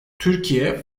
türkiye